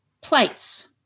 plates